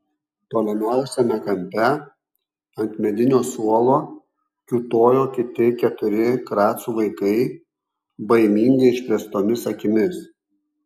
tolimiausiame kampe ant medinio suolo kiūtojo kiti keturi kracų vaikai baimingai išplėstomis akimis